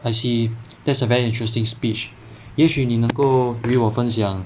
I see that's a very interesting speech 也许你能够与我分享